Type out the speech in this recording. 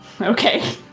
Okay